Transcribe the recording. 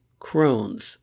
Crohn's